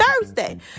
Thursday